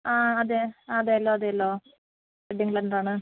ആ അതെ അതെയല്ലോ അതെയല്ലോ